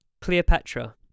Cleopatra